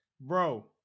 bro